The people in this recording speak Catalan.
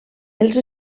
els